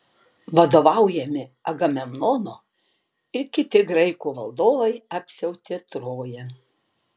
vadovaujami agamemnono ir kiti graikų valdovai apsiautė troją